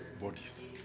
bodies